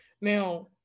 Now